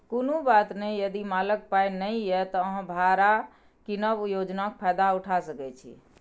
कुनु बात नहि यदि मालक पाइ नहि यै त अहाँ भाड़ा कीनब योजनाक फायदा उठा सकै छी